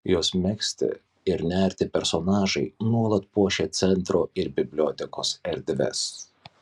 jos megzti ir nerti personažai nuolat puošia centro ir bibliotekos erdves